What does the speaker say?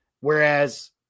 Whereas